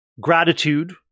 Gratitude